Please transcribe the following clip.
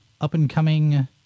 up-and-coming